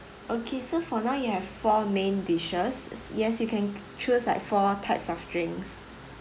okay so for now you have four main dishes yes you can choose like four types of drinks